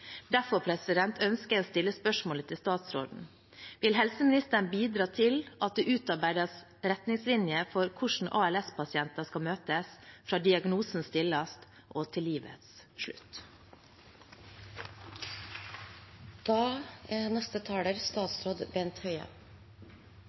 ønsker jeg å stille et spørsmål til statsråden: Vil helseministeren bidra til at det utarbeides retningslinjer for hvordan ALS-pasienter skal møtes, fra diagnose stilles, til livets slutt? Takk for at denne viktige interpellasjonen stilles. Jeg er